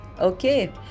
okay